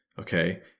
okay